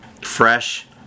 fresh